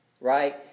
right